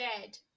dead